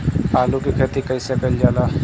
आलू की खेती कइसे कइल जाला?